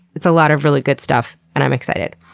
it's a lot of really good stuff, and i'm excited.